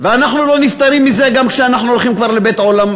ואנחנו לא נפטרים מזה גם כשאנחנו הולכים כבר לבית-העלמין.